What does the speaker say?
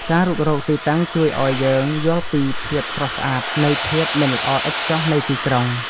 ការរុករកទីតាំងជួយឱ្យយើងយល់ពីភាពស្រស់ស្អាតនៃភាពមិនល្អឥតខ្ចោះនៃទីក្រុង។